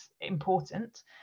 important